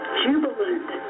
jubilant